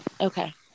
Okay